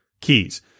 keys